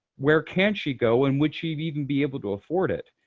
where can she go, and would she even be able to afford it?